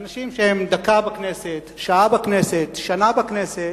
אנשים שהם דקה בכנסת, שעה בכנסת, שנה בכנסת,